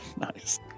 Nice